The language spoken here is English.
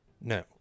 No